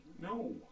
No